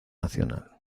nacional